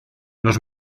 los